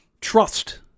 trust